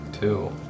two